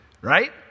Right